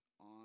on